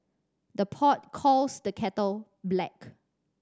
the pot calls the kettle black